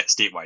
statewide